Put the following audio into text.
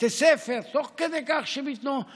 בתי ספר; תוך כדי כך שמתנהלים